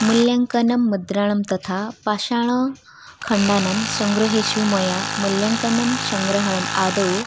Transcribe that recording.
मूल्याङ्कानां मुद्राणां तथा पाषाणखण्डानां सङ्ग्रहेषु मया मूल्याङ्काना सङ्ग्रहणम् आदौ